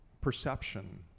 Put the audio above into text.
perception